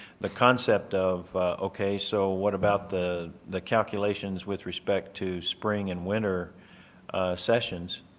the concept of okay, so what about the the calculations with respect to spring in winter sessions,